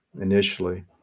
initially